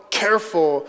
careful